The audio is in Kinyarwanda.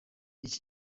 iki